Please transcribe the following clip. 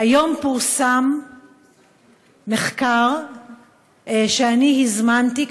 היום פורסם מחקר שאני הזמנתי,